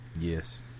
Yes